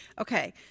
okay